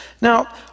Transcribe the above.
Now